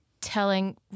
telling